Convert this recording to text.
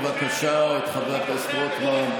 חבר הכנסת רוטמן,